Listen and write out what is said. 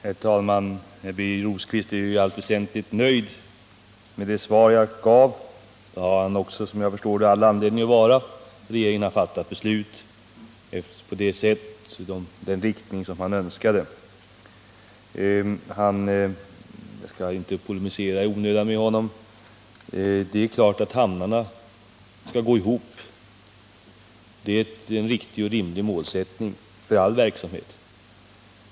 Herr talman! Birger Rosqvist är ju i allt väsentligt nöjd med det svar som jag gav. Det har han, såvitt jag förstår, också all anledning att vara. Regeringen har fattat beslut i den riktning som herr Rosqvist önskade. Jag skall inte polemisera i onödan mot Birger Rosqvist. Det är klart att hamnarnas finanser skall gå ihop. Det är en riktig och rimlig målsättning för all verksamhet.